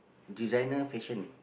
designer fashion